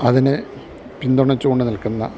അതിനെ പിന്തുണച്ചു കൊണ്ട് നിൽക്കുന്ന